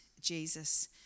Jesus